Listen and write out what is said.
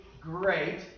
great